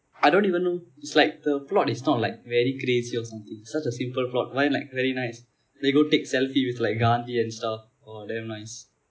I don't even know it's like the plot is not like very crazy or something such a simple plot but then like very nice they go take selfie with like gandhi and stuff !wah! damn nice